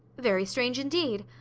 very strange indeed.